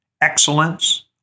excellence